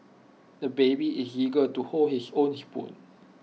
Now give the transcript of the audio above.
the baby is eager to hold his own spoon